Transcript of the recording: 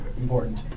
important